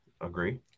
Agree